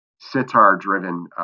sitar-driven